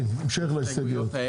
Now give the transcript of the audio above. סעיף 12 להסתייגויות.